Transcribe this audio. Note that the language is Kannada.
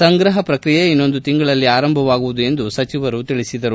ಸಂಗ್ರಹ ಪ್ರಕ್ರಿಯೆ ಇನ್ನೊಂದು ತಿಂಗಳಲ್ಲಿ ಆರಂಭವಾಗುವುದು ಎಂದು ಸಚಿವರು ತಿಳಿಸಿದರು